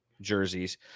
jerseys